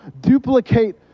duplicate